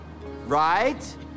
right